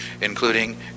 including